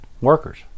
workers